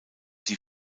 die